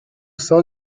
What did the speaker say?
sein